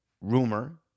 rumor